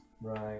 Right